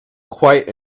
quite